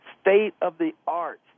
state-of-the-art